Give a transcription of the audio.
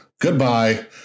Goodbye